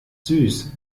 süß